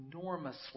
enormously